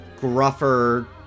gruffer